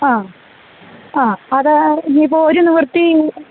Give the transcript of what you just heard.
ആ ആ അത് ഇനിയിപ്പോള് ഒരു നിവൃത്തി